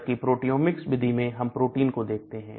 जबकि प्रोटियोमिक्स विधि में हम प्रोटीन को देखते हैं